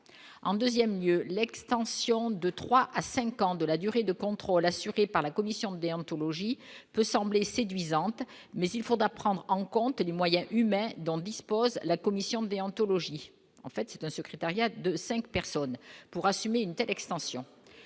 en 2ème lieu l'extension de 3 à 5 ans de la durée de contrôle assuré par la Commission déontologie peut sembler séduisante, mais il faudra prendre en compte les moyens humains dont dispose la Commission déontologie en fait c'est un secrétariat de 5 personnes pour assumer une telle extension